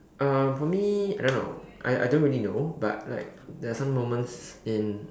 um for me I don't know I I don't really know but like there are some moments in